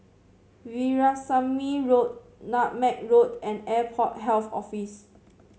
Veerasamy Road Nutmeg Road and Airport Health Office